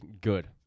good